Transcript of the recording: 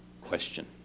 question